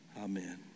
Amen